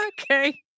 Okay